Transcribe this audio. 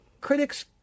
critics